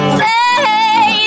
say